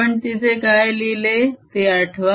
आपण तिथे काय लिहिले हे आठवा